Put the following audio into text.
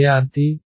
విద్యార్థి V